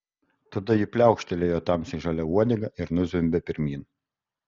tada ji pliaukštelėjo tamsiai žalia uodega ir nuzvimbė pirmyn